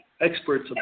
experts